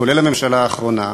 כולל הממשלה האחרונה,